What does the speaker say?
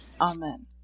Amen